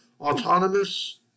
Autonomous